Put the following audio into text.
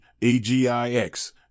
AGIX